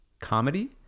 comedy